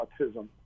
autism